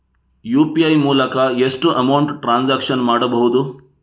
UPI ಮೂಲಕ ಎಷ್ಟು amount transaction ಮಾಡಬಹುದು?